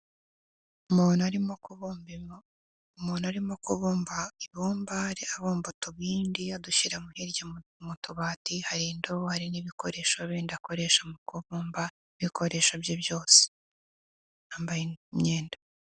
Umuntu arimo kubumbima. Umuntu arimo kubumba, ibumba abumba utubindi adushyira hirya mu tubati hari indobo hari n'ibikoresho bindi akoresha mu kubumba, ibikoresho bye byose. Yambaye imyenda.